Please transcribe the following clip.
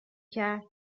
کرد